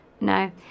No